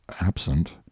absent